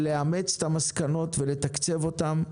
לאמץ את המסקנות ולתקצב אותן.